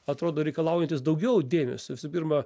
atrodo reikalaujantis daugiau dėmesio visų pirma